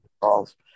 calls